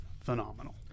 phenomenal